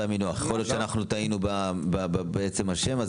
יכול להיות שטעינו בעצם השם.